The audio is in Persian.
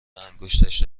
انگشتش